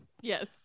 Yes